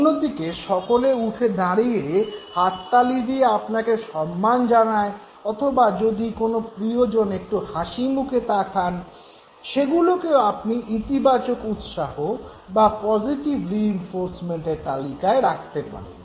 অন্যদিকে সকলে যদি উঠে দাঁড়িয়ে হাততালি দিয়ে আপনাকে সম্মান জানায় অথবা আপনার কোনো প্রিয়জন যদি একটু হাসিমুখে তাকায় - সেগুলিকেও আপনি ইতিবাচক উৎসাহ বা পজিটিভ রিইনফোর্সমেন্টের তালিকায় রাখতে পারেন